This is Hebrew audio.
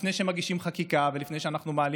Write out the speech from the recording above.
לפני שמגישים חקיקה ולפני שאנחנו מעלים